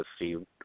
received